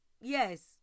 yes